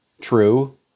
True